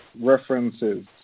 references